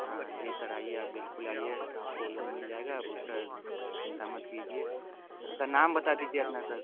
हाँ जी सर आइए आप बिलकुल आइए आपको लोन मिल जाएगा उसका चिंता मत कीजिए सर नाम बता दीजिए अपना सर